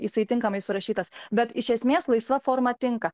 jisai tinkamai surašytas bet iš esmės laisva forma tinka